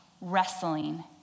wrestling